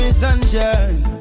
sunshine